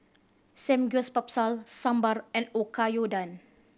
Samgyeopsal Sambar and Oyakodon